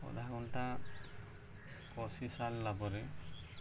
ଆଧା ଘଣ୍ଟା କଷି ସାରିଲା ପରେ